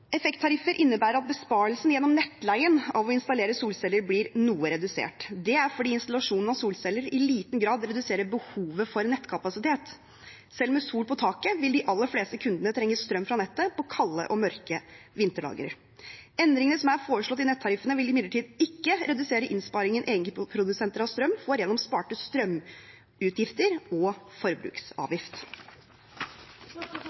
Effekttariffer innebærer at besparelsen – gjennom nettleien – av å installere solceller blir noe redusert. Det er fordi installasjon av solceller i liten grad reduserer behovet for nettkapasitet. Selv med sol på taket vil de aller fleste kundene trenge strøm fra nettet på kalde og mørke vinterdager. Endringene som er foreslått i nettariffene, vil imidlertid ikke redusere innsparingen egenprodusenter av strøm får gjennom sparte strømutgifter og